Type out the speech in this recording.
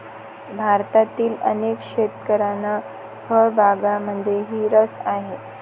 भारतातील अनेक शेतकऱ्यांना फळबागांमध्येही रस आहे